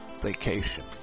vacation